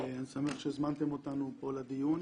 אני שמח שהזמנתם אותנו לדיון.